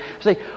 say